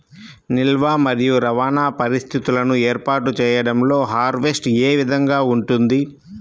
నిల్వ మరియు రవాణా పరిస్థితులను ఏర్పాటు చేయడంలో హార్వెస్ట్ ఏ విధముగా ఉంటుంది?